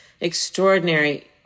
extraordinary